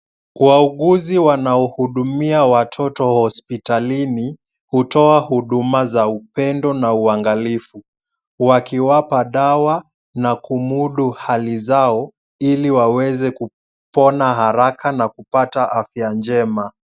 Wauguzi wanaohudumia watoto hospitalini hutoa huduma za upendo na uangalifu wakiwapa dawa na kumudu hali zao ili waweze kupona haraka na kupata afya njema.